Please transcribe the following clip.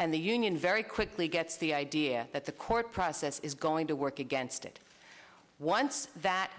and the union very quickly gets the idea that the process is going to work against it once that